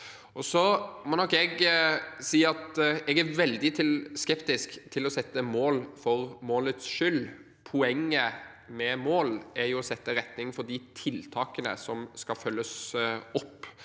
jeg er veldig skeptisk til å sette mål for målets skyld. Poenget med mål er jo å sette retning for de tiltakene som skal følges opp,